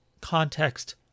context